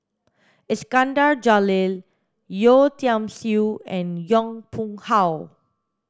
Iskandar Jalil Yeo Tiam Siew and Yong Pung How